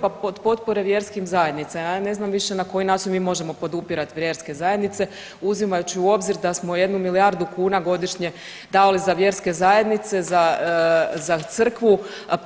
Pa potpore vjerskim zajednicama, ja ne znam više na koji način mi možemo podupirat vjerske zajednice uzimajući u obzir da smo jednu milijardu kuna godišnje davali za vjerske zajednice za Crkvu